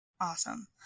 Awesome